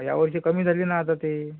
यावर्षी कमी झाले ना आता ते